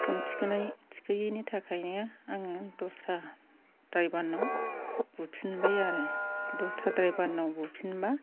phone थिखोयैनि थाखायनो आङो दस्रा द्राइभारनाव बुफिनबाय आरो दस्रा द्राइभारनाव बुफिनबा